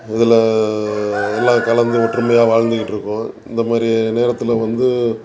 இதில் எல்லாம் கலந்து ஒற்றுமையாக வாழ்ந்துக்கிட்டு இருக்கோம் இந்த மாதிரி நேரத்தில் வந்து